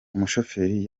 umushoferi